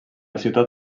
ciutat